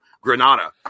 Granada